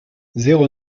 zéro